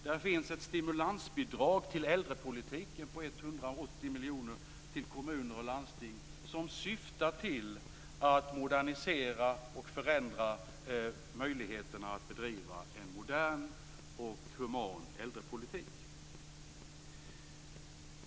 Där finns ett stimulansbidrag till äldrepolitiken på 180 miljoner till kommuner och landsting syftande till att modernisera och förändra möjligheterna att bedriva en modern och human äldrepolitik.